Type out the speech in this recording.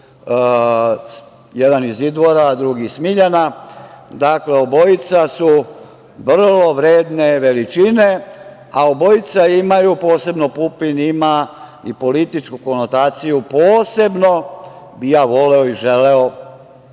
jedan iz Idvora, drugi iz Smiljana. Dakle, obojica su vrlo vredne veličine, a obojica imaju, posebno Pupin, i političku konotaciju. Posebno bih ja voleo i želeo,